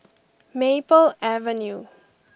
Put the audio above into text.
Maple Avenue